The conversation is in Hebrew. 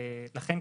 לכן,